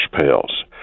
pails